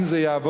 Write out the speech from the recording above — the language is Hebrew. אם זה יעבור,